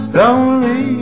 lonely